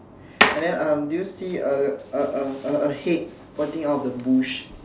and then uh do you see a a a a a head pointing out of the bush